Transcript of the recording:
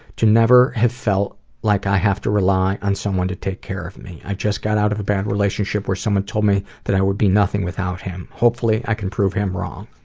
to never have felt like i have to rely on someone to take care of me. i just got out of a bad relationship where someone told me that i would be nothing without him. hopefully i can prove him wrong.